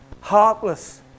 heartless